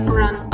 run